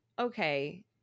okay